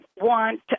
want